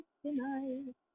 tonight